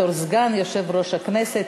בתור סגן יושב-ראש הכנסת,